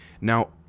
Now